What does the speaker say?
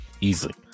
Easily